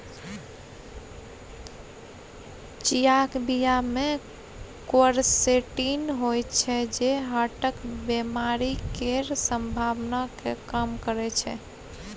चियाक बीया मे क्वरसेटीन होइ छै जे हार्टक बेमारी केर संभाबना केँ कम करय छै